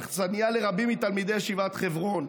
אכסניה לרבים מתלמידי ישיבת חברון.